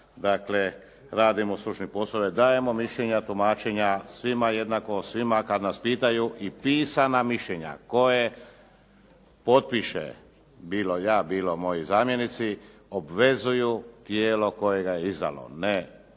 Dakle, radimo stručne poslove, dajemo mišljenja, tumačenja svima jednako, svima kada nas pitaju i pisana mišljenja koje potpiše bilo ja bilo moji zamjenici, obvezuju tijelo koje ga je izdalo, ne